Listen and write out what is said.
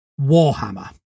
Warhammer